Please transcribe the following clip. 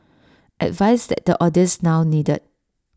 advice that the audience now needed